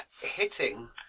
Hitting